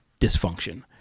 dysfunction